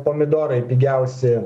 pomidorai pigiausi